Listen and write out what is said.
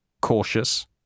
cautious